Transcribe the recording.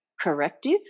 corrective